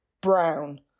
Brown